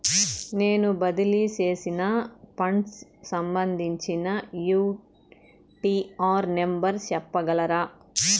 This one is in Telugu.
నేను బదిలీ సేసిన ఫండ్స్ సంబంధించిన యూ.టీ.ఆర్ నెంబర్ సెప్పగలరా